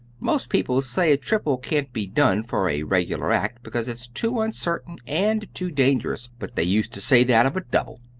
most people say a triple can't be done for a regular act because it's too uncertain and too dangerous. but they used to say that of a double.